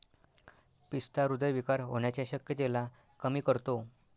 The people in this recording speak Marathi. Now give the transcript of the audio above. पिस्ता हृदय विकार होण्याच्या शक्यतेला कमी करतो